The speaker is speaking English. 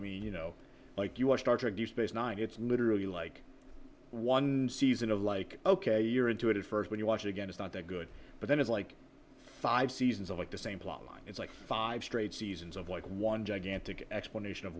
mean you know like you watch star trek do space nine it's literally like one season of like ok you're into it at first when you watch it again it's not that good but then it's like five seasons of like the same plotline it's like five straight seasons of like one gigantic explanation of